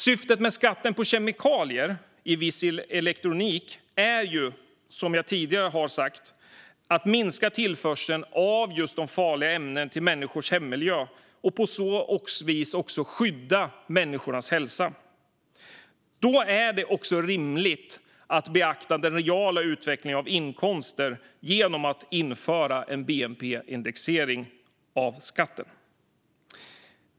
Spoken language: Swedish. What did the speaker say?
Syftet med skatten på kemikalier i viss elektronik är, som jag tidigare har sagt, att minska tillförseln av farliga ämnen till människors hemmiljö och på så vis också skydda människors hälsa. Då är det också rimligt att beakta den reala utvecklingen av inkomster genom att införa en bnp-indexering av skatten.